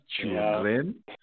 children